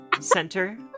center